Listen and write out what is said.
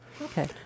Okay